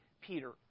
Peter